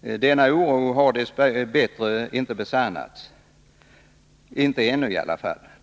sida. Denna oro har dess bättre ännu inte besannats.